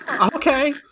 Okay